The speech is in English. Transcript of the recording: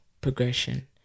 progression